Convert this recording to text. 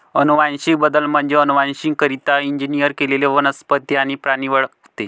अनुवांशिक बदल म्हणजे अनुवांशिकरित्या इंजिनियर केलेले वनस्पती आणि प्राणी वगळणे